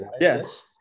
Yes